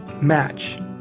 match